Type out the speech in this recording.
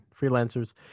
freelancers